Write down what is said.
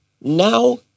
now